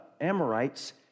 Amorites